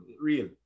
real